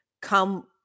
come